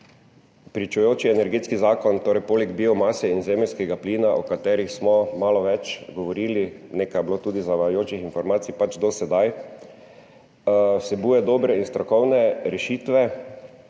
Pričujoči energetski zakon poleg biomase in zemeljskega plina, o katerih smo malo več govorili – nekaj je bilo tudi zavajajočih informacij do sedaj – vsebuje dobre in strokovne rešitve,